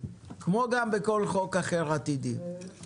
כמו גם בכל חוק אחר עתידי.